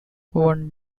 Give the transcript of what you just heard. one